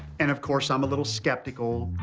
and, of course, i'm a little skeptical.